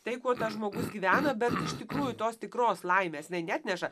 tai kuo tas žmogus gyvena bet iš tikrųjų tos tikros laimės neatneša